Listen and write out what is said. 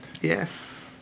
Yes